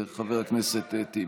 (תיקון מס' 4),